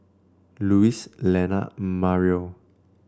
Louise Lana Mario